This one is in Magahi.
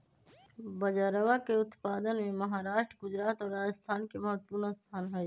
बजरवा के उत्पादन में महाराष्ट्र गुजरात और राजस्थान के महत्वपूर्ण स्थान हई